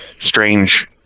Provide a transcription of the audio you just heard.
strange